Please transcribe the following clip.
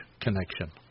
connection